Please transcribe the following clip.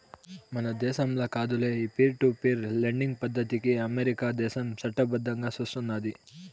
మన దేశంల కాదులే, ఈ పీర్ టు పీర్ లెండింగ్ పద్దతికి అమెరికా దేశం చట్టబద్దంగా సూస్తున్నాది